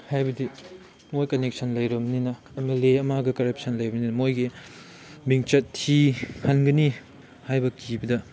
ꯍꯥꯏꯕꯗꯤ ꯃꯣꯏ ꯀꯟꯅꯦꯛꯁꯟ ꯂꯩꯔꯕꯅꯤꯅ ꯑꯦꯝ ꯑꯦꯜ ꯑꯦ ꯑꯃꯒ ꯀꯔꯞꯁꯟ ꯂꯩꯕꯅꯤꯅ ꯃꯣꯏꯒꯤ ꯃꯤꯡꯆꯠ ꯊꯤꯍꯟꯒꯅꯤ ꯍꯥꯏꯕ ꯀꯤꯕꯅ